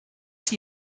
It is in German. sie